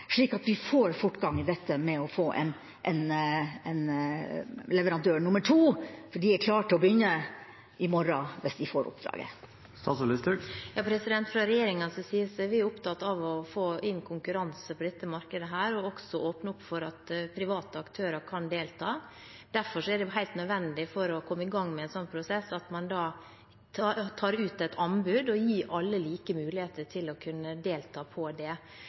slik at vi får fortgang i dette med å få en leverandør nummer to? De er klare til å begynne i morgen hvis de får oppdraget. Fra regjeringens side er vi opptatt av å få inn konkurranse på dette markedet og også åpne opp for at private aktører kan delta. Derfor er det helt nødvendig for å komme i gang med en slik prosess at man legger ut et anbud og gir alle like muligheter til å kunne delta i det.